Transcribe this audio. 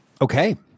Okay